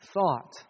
thought